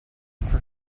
for